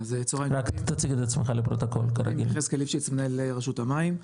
אני מנהל רשות המים.